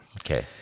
Okay